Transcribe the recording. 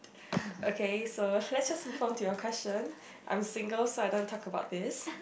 okay so let's just move on to your question I am single so I don't want to talk about this